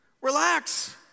relax